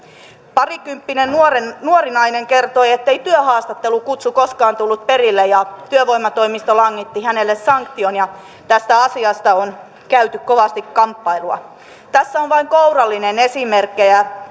parikymppinen nuori nainen kertoi että työhaastattelukutsu ei koskaan tullut perille ja työvoimatoimisto langetti hänelle sanktion ja tästä asiasta on käyty kovasti kamppailua tässä on vain kourallinen esimerkkejä